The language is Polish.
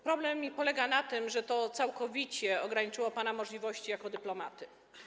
Problem polega na tym, że to całkowicie ograniczyło pana możliwości jako dyplomaty.